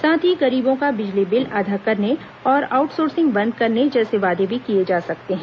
साथ ही गरीबों का बिजली बिल आधा करने और आउटसोसिंग बंद करने जैसे वादे भी किए जा सकते हैं